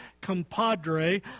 compadre